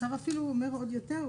הצו אפילו אומר עוד יותר,